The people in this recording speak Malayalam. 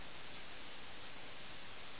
അവരുടെ ബോധവും ധൈര്യവും എല്ലാം ചെസ്സ് നശിപ്പിച്ചു